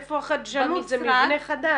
איפה החדשנות, זה מבנה חדשנות.